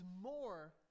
more